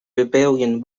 rebellion